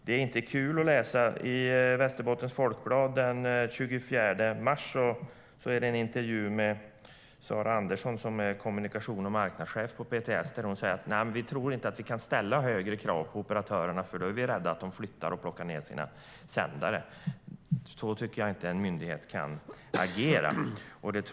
Det var inte kul att läsa en intervju i Västerbottens Folkblad den 24 mars med Sara Andersson som är kommunikations och marknadschef på PTS. Hon tror inte att man kan ställa högre krav på operatörerna. De är rädda för att operatörerna då flyttar och plockar ned sina sändare. Jag tycker inte att en myndighet kan agera på det sättet.